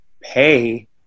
pay